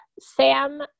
sam